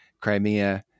Crimea